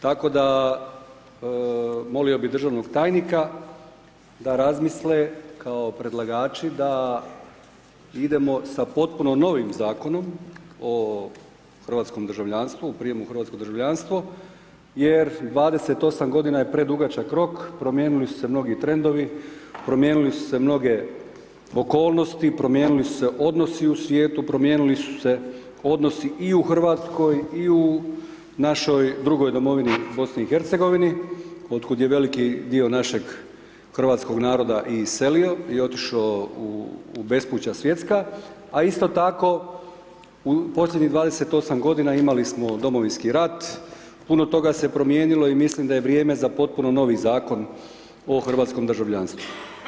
Tako da, molio bi državnog tajnika, da razmisle kao predlagači, da idemo sa potpuno novim Zakonom o hrvatskom državljanstvu, u prijemu u hrvatsko državljanstvo, jer 28 g. je predugačak rok, promijenili su se mnogi trendovi, promijenile su se mnoge okolnosti, promijenila su se odnosi u svijetu, promijenile su se odnosi i u Hrvatskoj i u našoj drugoj domovini BIH, od kuda je veliki dio našeg hrvatskog naroda iselio i otišao u bespuća svjetska, a isto tako, u posljednjih 28 g. imali smo Domovinski rat, puno toga se je promijenilo i mislim da je vrijeme za potpuno novi zakon o hrvatskom državljanstvu.